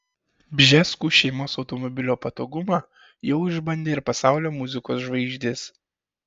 bžeskų šeimos automobilio patogumą jau išbandė ir pasaulio muzikos žvaigždės